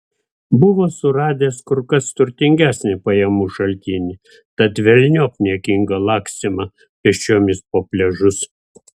buvo suradęs kur kas turtingesnį pajamų šaltinį tad velniop niekingą lakstymą pėsčiomis po pliažus